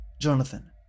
Jonathan